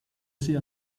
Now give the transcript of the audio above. sais